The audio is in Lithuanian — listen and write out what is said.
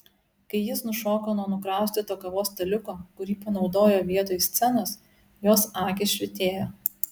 kai jis nušoko nuo nukraustyto kavos staliuko kurį panaudojo vietoj scenos jos akys švytėjo